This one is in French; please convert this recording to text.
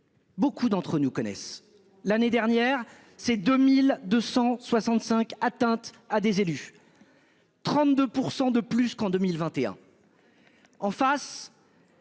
Beaucoup d'entre nous connaissent l'année dernière, ces 2265 atteinte à des élus. 32% de plus qu'en 2021. En face.